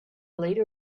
leader